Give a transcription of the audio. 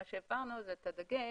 מה שהבהרנו זה את הדגש